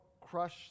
crush